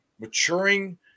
maturing